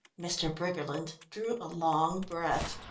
mr. briggerland drew a long breath.